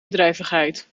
bedrijvigheid